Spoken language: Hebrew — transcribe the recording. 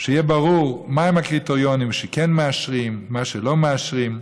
שיהיה ברור מהם הקריטריונים שכן מאשרים ולא מאשרים?